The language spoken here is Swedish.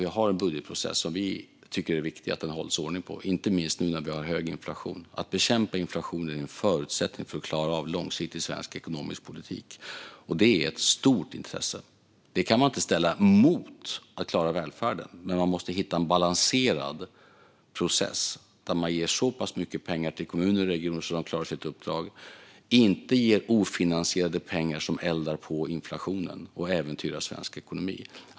Vi har en budgetprocess som vi tycker att det är viktigt att det hålls ordning på. Det gäller inte minst nu när vi har hög inflation. Att bekämpa inflationen är en förutsättning för att klara av långsiktig svensk ekonomisk politik. Det är ett stort intresse. Det kan man inte ställa emot att klara välfärden. Man måste hitta en balanserad process där man ger så pass mycket pengar till kommuner och regioner att de klarar sitt uppdrag och inte ger ofinansierade pengar som eldar på inflationen och äventyrar svensk ekonomi.